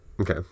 Okay